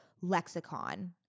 lexicon